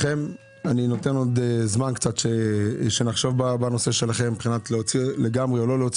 ואני נותן עוד זמן כדי שנחשוב עוד קצת בשאלה אם להוציא לגמרי או לא,